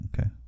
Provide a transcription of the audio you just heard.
Okay